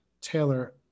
Taylor